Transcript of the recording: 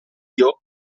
dio